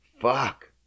fuck